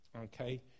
okay